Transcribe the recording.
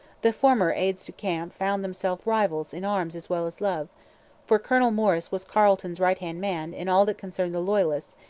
the former aides-de-camp found themselves rivals in arms as well as love for colonel morris was carleton's right-hand man in all that concerned the loyalists,